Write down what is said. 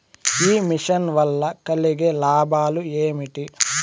ఈ మిషన్ వల్ల కలిగే లాభాలు ఏమిటి?